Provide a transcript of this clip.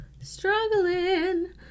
struggling